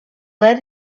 lead